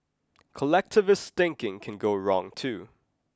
collectivist thinking can go wrong too